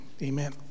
Amen